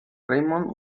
raymond